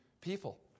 people